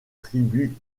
tribus